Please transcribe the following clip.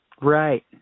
Right